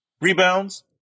Rebounds